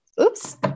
oops